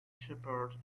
shepard